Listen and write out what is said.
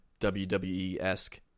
WWE-esque